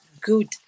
good